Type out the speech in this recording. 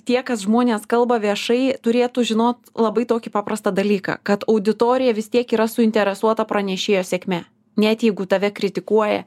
tiek kas žmonės kalba viešai turėtų žinot labai tokį paprastą dalyką kad auditorija vis tiek yra suinteresuota pranešėjo sėkme net jeigu tave kritikuoja